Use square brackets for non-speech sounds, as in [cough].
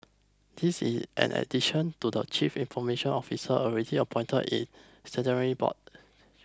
this is in addition to the chief information officers already appointed in [unintelligible] boards